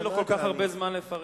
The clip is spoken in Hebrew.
אין לו כל כך הרבה זמן לפרט.